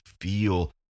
feel